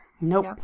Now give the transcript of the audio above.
Nope